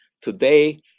today